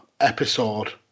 episode